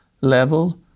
level